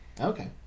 Okay